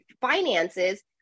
finances